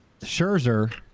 Scherzer